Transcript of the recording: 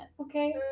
Okay